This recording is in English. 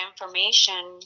information